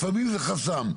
לפעמים זה חסם.